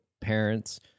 parents